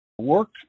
work